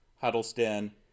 Huddleston